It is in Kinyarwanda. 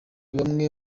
bamwe